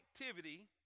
activity